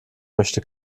möchte